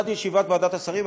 עד לישיבת ועדת השרים,